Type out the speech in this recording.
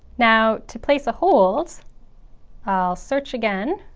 now, to place a hold i'll search again